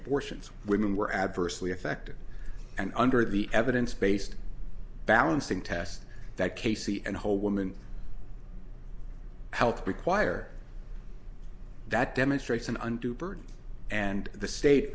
abortions women were adversely affected and under the evidence based balancing test that casey and whole woman health require that demonstrates an undue burden and the state